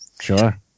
Sure